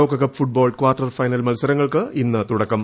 ലോകകപ്പ് football quarter final മത്സരങ്ങൾക്ക് ഇന്ന് തുടക്കം